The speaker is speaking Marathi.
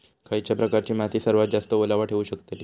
खयच्या प्रकारची माती सर्वात जास्त ओलावा ठेवू शकतली?